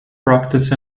practice